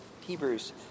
Hebrews